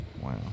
Wow